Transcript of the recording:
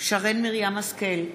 שרן מרים השכל,